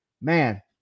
man